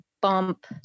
bump